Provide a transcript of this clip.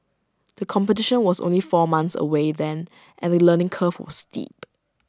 the competition was only four months away then and the learning curve was steep